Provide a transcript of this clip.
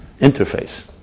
interface